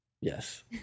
Yes